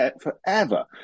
forever